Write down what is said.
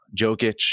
Jokic